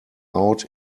out